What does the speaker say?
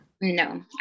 No